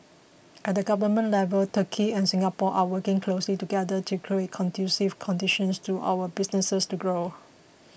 at the government level Turkey and Singapore are working closely together to create conducive conditions to our businesses to grow